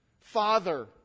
Father